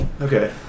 Okay